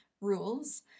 rules